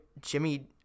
Jimmy